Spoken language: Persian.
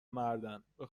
مردن، به